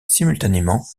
simultanément